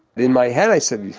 in my head i said,